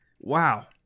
Wow